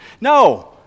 No